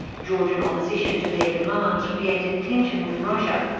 georgian opposition to their demands created tension with russia,